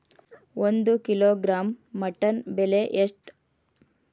ಒಂದು kilogram mutton ಬೆಲೆ ಎಷ್ಟ್?